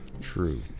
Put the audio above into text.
true